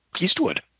Eastwood